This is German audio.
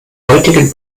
heutigen